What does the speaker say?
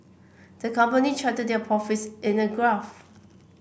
the company charted their profits in a graph